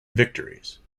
victories